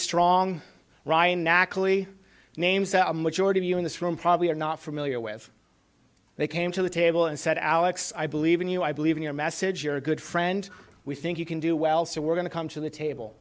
strong ryan natalie names that a majority view in this room probably are not familiar with they came to the table and said alex i believe in you i believe in your message you're a good friend we think you can do well so we're going to come to the table